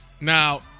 Now